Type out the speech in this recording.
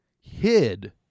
hid